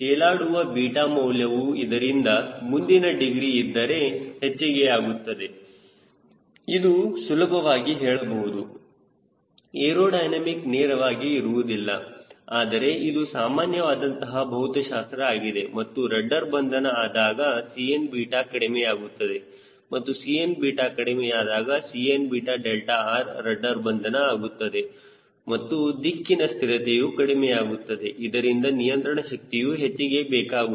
ತೇಲಾಡುವ beta ಮೌಲ್ಯವು ಇದರಿಂದ ಮುಂದಿನ ಡಿಗ್ರಿ ಇದ್ದರೆ ಹೆಚ್ಚಿಗೆಯಾಗುತ್ತದೆ ಎಂದು ಸುಲಭವಾಗಿ ಹೇಳಬಹುದು ಏರೋಡೈನಮಿಕ್ ನೇರವಾಗಿ ಇರುವುದಿಲ್ಲಆದರೆ ಇದು ಸಾಮಾನ್ಯ ವಾದಂತಹ ಭೌತಶಾಸ್ತ್ರ ಆಗಿದೆ ಮತ್ತು ರಡ್ಡರ್ ಬಂಧನ ಆದಾಗ Cn ಕಡಿಮೆಯಾಗುತ್ತದೆ ಮತ್ತು Cn ಕಡಿಮೆಯಾದಾಗ Cn𝛿r ರಡ್ಡರ್ ಬಂಧನ ಆಗುತ್ತದೆ ಮತ್ತು ದಿಕ್ಕಿನ ಸ್ಥಿರತೆಯು ಕಡಿಮೆಯಾಗುತ್ತದೆ ಇದರಿಂದ ನಿಯಂತ್ರಣ ಶಕ್ತಿಯು ಹೆಚ್ಚಿಗೆ ಬೇಕಾಗುತ್ತದೆ